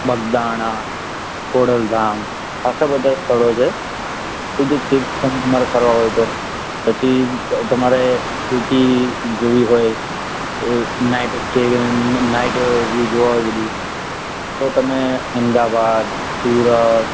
બગદાણા ખોડલ ધામ ખાસા બધાં સ્થળો છે જો તીર્થસ્થાન તમારે ફરવા હોય તો પછી તમારે સિટી જોવી હોય નાઈટ સ્ટે નાઈટ વ્યૂ જોવા હોય બધું તો તમે અમદાવાદ સુરત